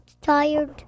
tired